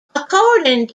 according